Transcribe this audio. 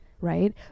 Right